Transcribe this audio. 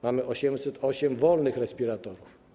Mamy 808 wolnych respiratorów.